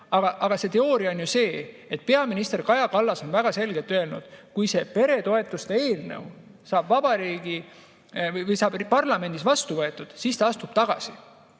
Aga see teooria on see, peaminister Kaja Kallas on väga selgelt öelnud: kui see peretoetuste eelnõu saab parlamendis vastu võetud, siis ta astub tagasi.